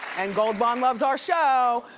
and gold bond loves our show.